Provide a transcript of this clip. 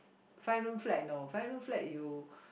five room flat you know five room flat you